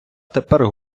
тепер